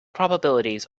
probabilities